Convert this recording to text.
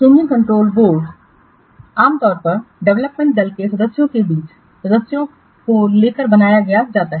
changes control board आमतौर परडेवलपमेंटदल के सदस्यों के बीच सदस्यों को ले जाकर बनाया जाता है